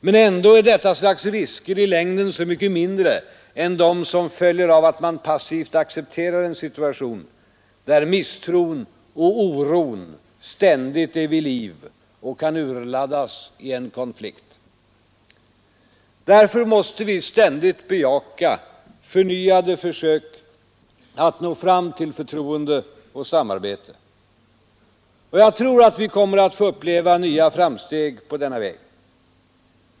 Men ändå är detta slags risker i längden så mycket mindre än de som - följer av att man passivt accepterar en situation, där misstron och oron ständigt är vid liv och kan urladdas i en konflikt. Därför måste vi ständigt bejaka förnyade försök att nå fram till förtroende och samarbete. Och jag tror att vi kommer att få uppleva nya framsteg på denna väg.